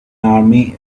army